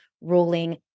ruling